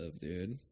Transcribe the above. dude